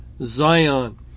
Zion